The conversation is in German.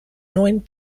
neun